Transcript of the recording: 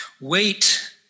Wait